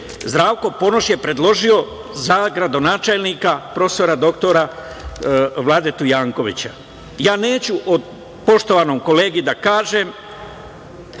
Zdravko Ponoš je predložio za gradonačelnika prof. dr Vladetu Jankoviću. Neću o poštovanom kolegi da kažem,